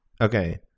Okay